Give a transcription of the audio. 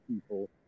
people